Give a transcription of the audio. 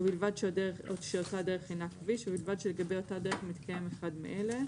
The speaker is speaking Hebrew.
ובלבד שאותה דרך אינה כביש ובלבד שלגבי אותה דרך מתקיים אחד מאלה: